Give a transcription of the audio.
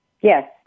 Yes